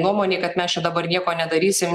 nuomonei kad mes čia dabar nieko nedarysim